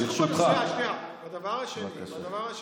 והדבר השני,